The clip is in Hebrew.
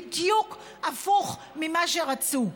בדיוק הפוך ממה שרצו,